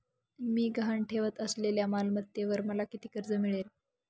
मी गहाण ठेवत असलेल्या मालमत्तेवर मला किती कर्ज मिळेल?